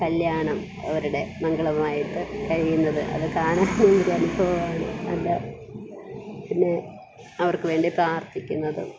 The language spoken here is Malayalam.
കല്യാണം അവരുടെ മംഗളമായിട്ടു കഴിയുന്നത് അതു കാണാൻ ഒരനുഭവമാണ് നല്ല പിന്നെ അവർക്കു വേണ്ടി പ്രാർത്ഥിക്കുന്നതും